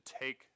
take